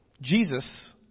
Jesus